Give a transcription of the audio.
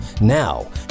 Now